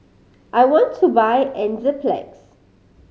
I want to buy Enzyplex